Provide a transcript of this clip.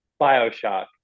Bioshock